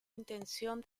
intención